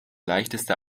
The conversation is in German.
leichteste